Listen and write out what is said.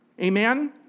Amen